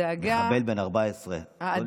הדאגה, מחבל בן 14. לא נתפס.